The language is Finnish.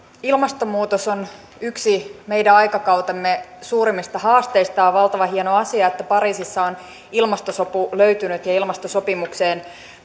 ilmastonmuutos on yksi meidän aikakautemme suurimmista haasteista on valtavan hieno asia että pariisissa on ilmastosopu löytynyt ja ja ilmastosopimukseen